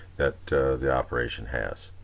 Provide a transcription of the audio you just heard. that the operation has.